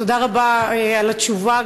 תודה רבה על התשובה,